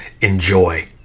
Enjoy